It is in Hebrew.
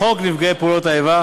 חשוב שתקשיב.